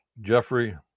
Jeffrey